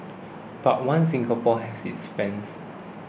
but One Singapore has its fans